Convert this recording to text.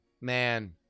man